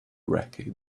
wreckage